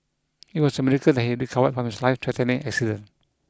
it was a miracle that he recovered from his life threatening accident